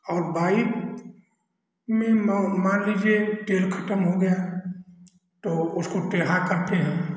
और बाइक में मान लीजिए तेल खतम हो गया तो उसको टेढ़ा करते हैं